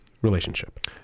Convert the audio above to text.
Relationship